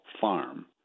farm